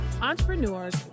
entrepreneurs